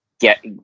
Get